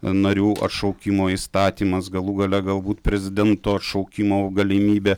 narių atšaukimo įstatymas galų gale galbūt prezidento atšaukimo galimybė